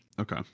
okay